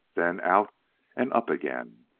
then out and up again!